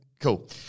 Cool